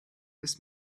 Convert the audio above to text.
this